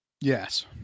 Yes